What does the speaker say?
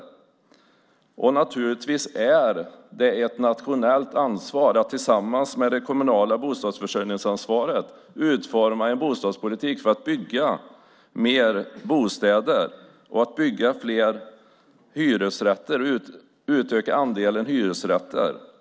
Det är naturligtvis ett nationellt ansvar att tillsammans med det kommunala bostadsförsörjningsansvaret utforma en bostadspolitik för att bygga fler bostäder och fler hyresrätter och utöka andelen hyresrätter.